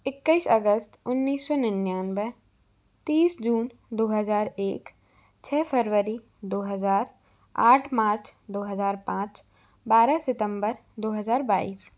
इक्कीस अगस्त उन्नीस सौ निन्यानबे तीस जून दो हजार एक छः फरवरी दो हजार आठ मार्च दो हजार पाँच बारह सितंबर दो हजार बाईस